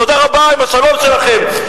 תודה רבה עם השלום שלכם,